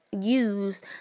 use